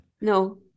No